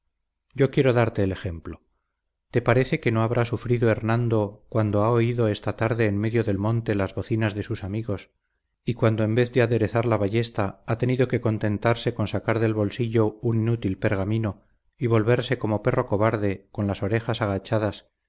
yo quiero darte el ejemplo te parece que no habrá sufrido hernando cuando ha oído esta tarde en medio del monte las bocinas de sus amigos y cuando en vez de aderezar la ballesta ha tenido que contentarse con sacar del bolsillo un inútil pergamino y volverse como perro cobarde con las orejas agachadas